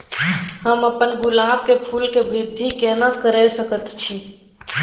हम अपन गुलाब के फूल के वृद्धि केना करिये सकेत छी?